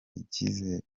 icyizere